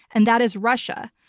and that is russia.